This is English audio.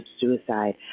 suicide